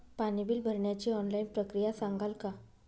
पाणी बिल भरण्याची ऑनलाईन प्रक्रिया सांगाल का?